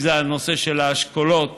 אם זה בנושא האשכולות.